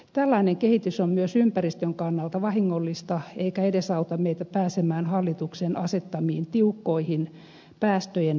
tällainen kehitys on myös ympäristön kannalta vahingollista eikä edesauta meitä pääsemään hallituksen asettamiin tiukkoihin päästöjen vähentämistavoitteisiin